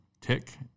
tick